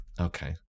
Okay